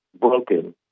broken